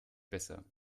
besser